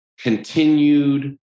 continued